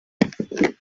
understanding